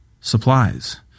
supplies